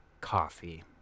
coffee